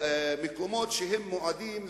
מקומות שמועדים להריסה.